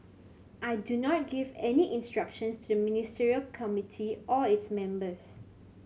I do not give any instructions to the Ministerial Committee or its members